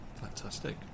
Fantastic